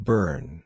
Burn